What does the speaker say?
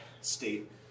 state